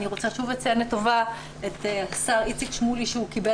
אני רוצה שוב לציין לטובה את השר איציק שמולי שקיבל